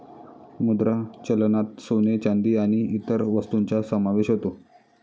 मुद्रा चलनात सोने, चांदी आणि इतर वस्तूंचा समावेश होतो